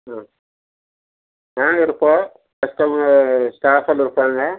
ஆ நாங்கள் இருப்போம் கஸ்டமர் ஸ்டாஃப்பெல்லாம் இருப்பாங்க